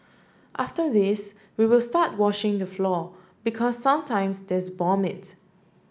after this we will start washing the floor because sometimes there's vomit